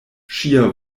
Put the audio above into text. ŝia